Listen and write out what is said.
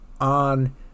on